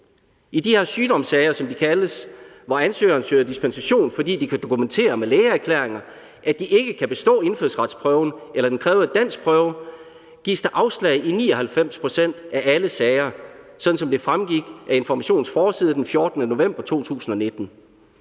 I de her sygdomssager, som de kaldes, hvor ansøgerne søger dispensation, fordi de kan dokumentere med lægeerklæringer, at de ikke kan bestå indfødsretsprøven eller den krævede danskprøve, gives der afslag i 99 pct. af alle sager, sådan som det fremgik af Informations forside den 14. november 2019.